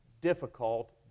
difficult